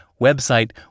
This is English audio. website